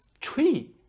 tree